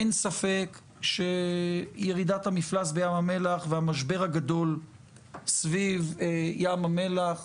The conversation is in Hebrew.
אין ספק שירידת המפלס בים המלח והמשבר הגדול סביב ים המלח,